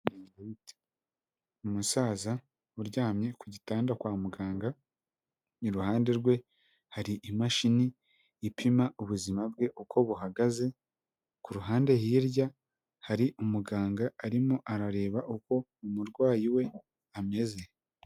Umusaza uryamye ku gitanda kwa muganga i ruhande rwe hari imashini ipima ubuzima bwe uko buhagaze, ku ruhande hirya hari umuganga arimo arareba uko umurwayi we ameze.